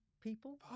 people